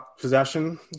possession